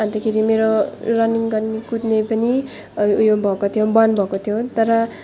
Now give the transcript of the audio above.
अन्तखेरि मेरो रनिङ गर्नु कुद्ने पनि ऊ यो भएको थियो बन्द भएको थियो तर